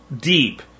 deep